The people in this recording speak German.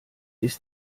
ist